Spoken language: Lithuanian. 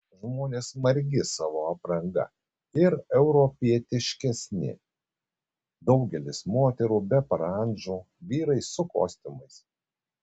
žmonės margi savo apranga ir europietiškesni daugelis moterų be parandžų vyrai su kostiumais